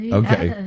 okay